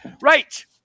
Right